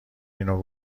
اینو